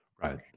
Right